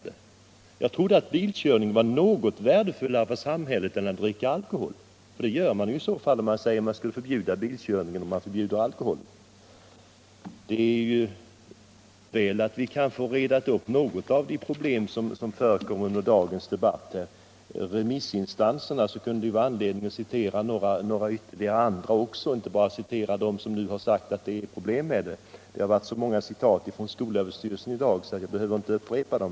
Men jag trodde att bilkörning ändå var något värdefullare för samhället än att dricka alkohol. Det är det inte, om man säger att man skall förbjuda bilkörning, när man nu förbjuder alkoholförtäring. Vad sedan remissinstanserna angår kan det vara anledning att göra en utförligare redovisning och inte bara nämna några få. Det har anförts många citat av skolöverstyrelsen i dag. Jag behöver inte upprepa dem.